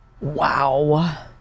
Wow